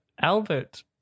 Albert